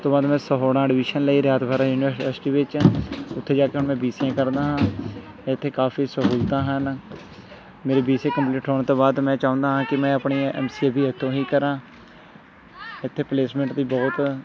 ਉਸ ਤੋਂ ਬਾਅਦ ਮੈਂ ਸਹੋੜਾ ਐਡਮਿਸ਼ਨ ਲਈ ਰਿਆਤ ਬਾਹਰਾ ਯੂਨੀਵਸਵਰਸਿਟੀ ਵਿੱਚ ਉੱਥੇ ਜਾ ਕੇ ਹੁਣ ਮੈਂ ਬੀ ਸੀ ਏ ਕਰਦਾ ਹਾਂ ਇੱਥੇ ਕਾਫੀ ਸਹੂਲਤਾਂ ਹਨ ਮੇਰੇ ਬੇ ਸੀ ਏ ਕੰਪਲੀਟ ਹੋਣ ਤੋਂ ਬਾਅਦ ਮੈਂ ਚਾਹੁੰਦਾ ਹਾਂ ਕਿ ਮੈਂ ਆਪਣੀ ਐੱਮ ਸੀ ਏ ਵੀ ਇੱਥੋਂ ਹੀ ਕਰਾਂ ਇੱਥੇ ਪਲੇਸਮੈਂਟ ਦੀ ਬਹੁਤ